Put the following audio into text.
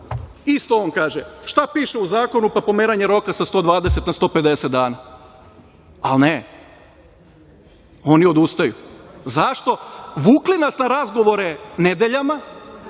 Isto on kaže. Šta piše u zakonu? Pa pomeranje roka sa 120 na 150 dana. Ali ne, oni odustaju. Zašto? Vukli nas na razgovore nedeljama